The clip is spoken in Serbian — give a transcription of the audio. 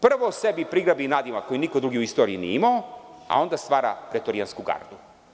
Prvo sebi prigrabi nadimak koji niko drugi u istoriji nije imao, a onda stvara pretorijansku gardu.